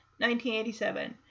1987